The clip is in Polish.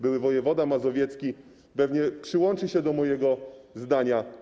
Były wojewoda mazowiecki, pewnie przyłączy się do mojego zdania.